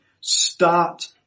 start